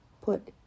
put